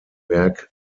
werk